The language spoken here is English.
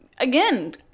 again